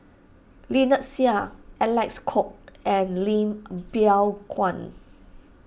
Lynnette Seah Alec Kuok and Lim Biow Chuan